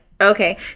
Okay